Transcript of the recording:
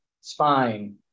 spine